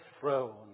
throne